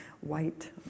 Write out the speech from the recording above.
white